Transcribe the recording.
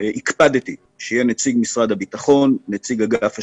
הקפדתי שיהיה נציג משרד הביטחון, נציג אגף שיקום,